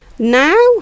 Now